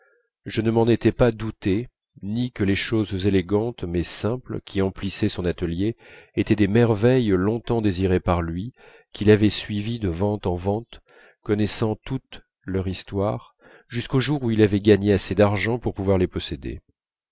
je ne m'en étais pas douté ni que les choses élégantes mais simples qui emplissaient son atelier étaient des merveilles désirées par lui qu'il avait suivies de vente en vente connaissant toute leur histoire jusqu'au jour où il avait gagné assez d'argent pour pouvoir les posséder